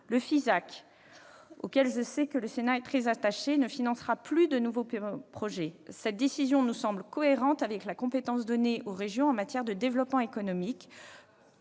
Le FISAC, auquel le Sénat est, je le sais, très attaché, ne financera plus de nouveaux projets. Cette décision nous semble cohérente avec la compétence donnée aux régions en matière de développement économique